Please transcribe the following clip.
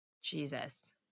Jesus